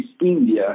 India